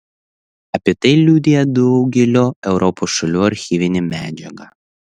apie tai liudija daugelio europos šalių archyvinė medžiaga